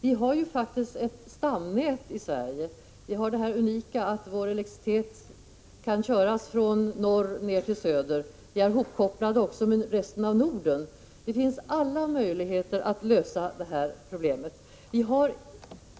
Vi har i Sverige vårt unika stamnät, där elektricitet kan köras från norr till söder och också kopplas ihop med elproduktionen i resten av Norden. Det finns alla möjligheter att lösa problemen.